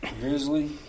Grizzly